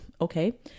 Okay